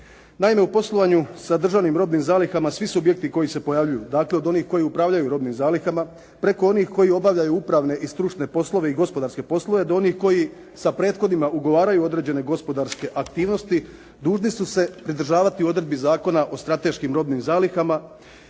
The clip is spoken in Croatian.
Naime, u poslovanju sa državnim robnim zalihama svi subjekti koji se pojavljuju, dakle od onih koji upravljaju robnim zalihama preko onih koji obavljaju upravne i stručne poslove i gospodarske poslove do onih koji sa prethodnima ugovaraju određene gospodarske aktivnosti dužni su se pridržavati odredbi Zakona o strateškim robnim zalihama